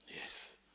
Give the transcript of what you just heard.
Yes